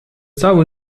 cały